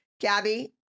Gabby